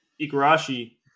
Igarashi